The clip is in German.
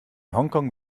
hongkong